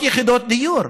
לבניית יחידות דיור,